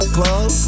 club